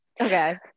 Okay